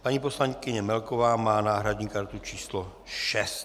Paní poslankyně Melková má náhradní kartu číslo 6.